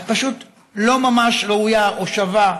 את פשוט לא ממש ראויה או שווה,